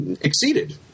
exceeded